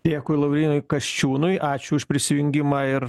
dėkui laurynui kasčiūnui ačiū už prisijungimą ir